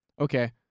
Okay